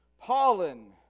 pollen